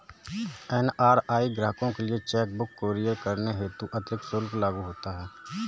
NRI ग्राहकों के लिए चेक बुक कुरियर करने हेतु अतिरिक्त शुल्क लागू होता है